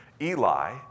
Eli